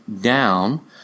down